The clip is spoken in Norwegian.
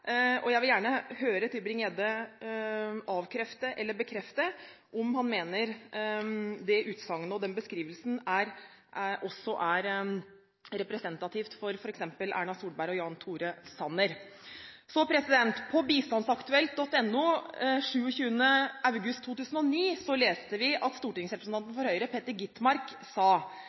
Jeg vil gjerne høre Tybring-Gjedde avkrefte eller bekrefte om han mener det utsagnet og den beskrivelsen også er representativ for f.eks. Erna Solberg og Jan Tore Sanner. På bistandsaktuelt.no den 27. august 2009 leste vi at stortingsrepresentant for Høyre Peter Skovholt Gitmark sa: